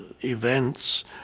events